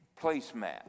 placemat